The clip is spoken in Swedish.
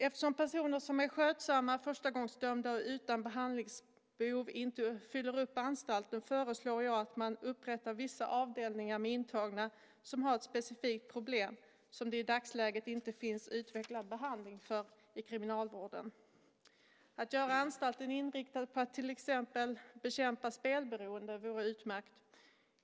Eftersom personer som är skötsamma, förstagångsdömda och utan behandlingsbehov inte fyller upp anstalten, föreslår jag att man upprättar vissa avdelningar med intagna som har ett specifikt problem som det i dagsläget inte finns utvecklad behandling för inom kriminalvården. Att göra anstalten inriktad på att till exempel bekämpa spelberoende vore utmärkt.